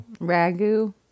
ragu